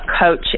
coach